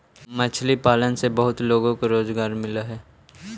मछली पालन से बहुत लोगों को रोजगार मिलअ हई